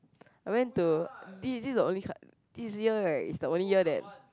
I went to this this is the only coun~ this year right is the only year that